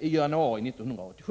i januari 1987?